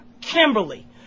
Kimberly